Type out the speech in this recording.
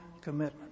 commitment